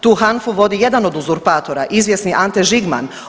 TU HANFU vodi jedan od uzorpatora izvjesni Ante Žigman.